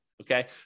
Okay